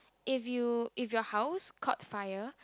if you if your house caught fire